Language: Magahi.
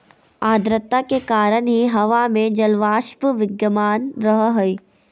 आद्रता के कारण ही हवा में जलवाष्प विद्यमान रह हई